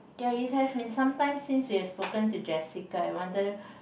ya it has been sometime since we have spoken to Jessica I wonder